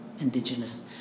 indigenous